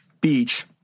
beach